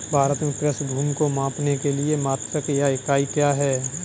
भारत में कृषि भूमि को मापने के लिए मात्रक या इकाई क्या है?